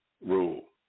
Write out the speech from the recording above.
rule